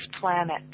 planet